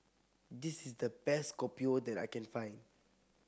this is the best Kopi O that I can find